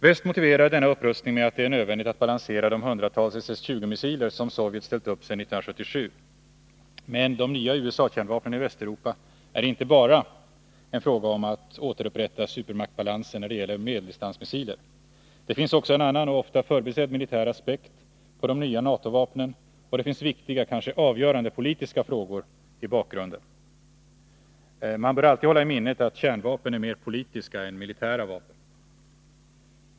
Väst motiverar denna upprustning med att det är nödvändigt att balansera de hundratals SS 20-missiler som Sovjet ställt upp sedan 1977. Men de nya USA-kärnvapnen i Västeuropa är inte bara en fråga om att återupprätta supermaktsbalansen när det gäller medeldistansmissiler. Det finns också en annan och ofta förbisedd militär aspekt på de nya NATO-vapnen, och det finns viktiga, kanske avgörande politiska frågor i bakgrunden. Man bör alltid hålla i minnet att kärnvapnen är mer politiska än militära vapen.